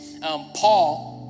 Paul